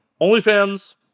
OnlyFans